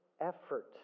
effort